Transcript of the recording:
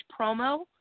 promo